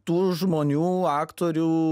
tų žmonių aktorių